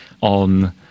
on